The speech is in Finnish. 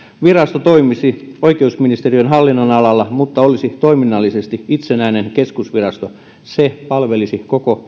virasto toimisi oikeusministeriön hallinnonalalla mutta olisi toiminnallisesti itsenäinen keskusvirasto se palvelisi koko